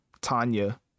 tanya